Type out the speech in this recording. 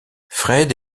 fred